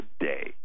today